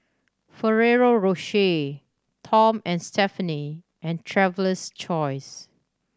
Ferrero Rocher Tom and Stephanie and Traveler's Choice